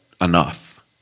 enough